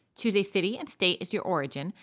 choose a city and state is your origin,